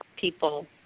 people